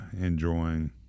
enjoying